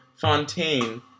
Fontaine